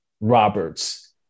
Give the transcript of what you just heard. Roberts